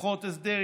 פחות הסדר,